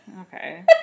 Okay